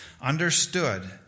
understood